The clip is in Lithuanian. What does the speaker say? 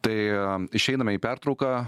tai išeiname į pertrauką